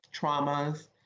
traumas